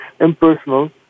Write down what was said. impersonal